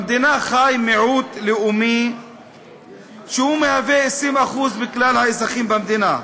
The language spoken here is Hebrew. במדינה חי מיעוט לאומי שמהווה 20% מכלל האזרחים במדינה,